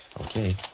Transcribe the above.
Okay